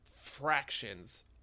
fractions